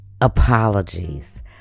apologies